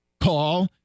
call